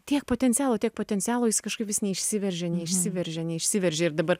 tiek potencialo tiek potencialo jis kažkaip vis neišsiveržė neišsiveržė neišsiveržė ir dabar